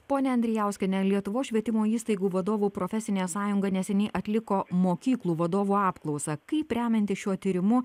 ponia andrijauskiene lietuvos švietimo įstaigų vadovų profesinė sąjunga neseniai atliko mokyklų vadovų apklausą kaip remiantis šiuo tyrimu